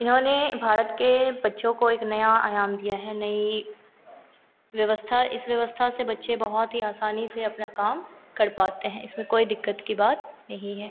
इन्होंने भारत के बच्चों को एक नया आयाम दिया है नई व्यवस्था इस व्यवस्था से बच्चे बहुत ही आसानी से अपना काम कर पाते हैं इसमें कोई दिक़्क़त की बात नहीं है